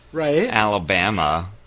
Alabama